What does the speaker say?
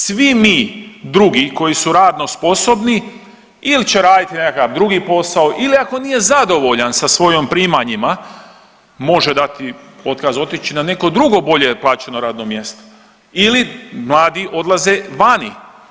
Svi mi drugi koji su radno sposobni ili će raditi nekakav drugi posao ili ako nije zadovoljan sa svojom primanjima, može dati otkaz, otići na neko drugo bolje plaćeno radno mjesto ili mladi odlaze vani.